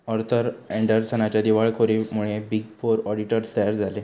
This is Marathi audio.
आर्थर अँडरसनच्या दिवाळखोरीमुळे बिग फोर ऑडिटर्स तयार झाले